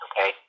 Okay